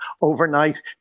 overnight